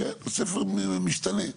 כן בספר משתנה.